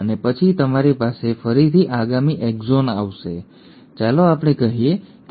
અને પછી તમારી પાસે ફરીથી આગામી એક્ઝન આવશે ચાલો આપણે કહીએ કે આ એક્ઝન 2 છે